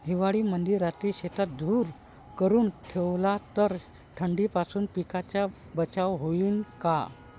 हिवाळ्यामंदी रात्री शेतात धुर करून ठेवला तर थंडीपासून पिकाचा बचाव होईन का?